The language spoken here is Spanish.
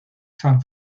san